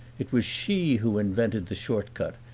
it was she who invented the short cut,